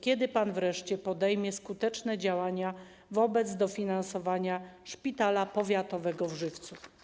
Kiedy pan wreszcie podejmie skuteczne działania w zakresie dofinansowania szpitala powiatowego w Żywcu?